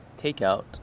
takeout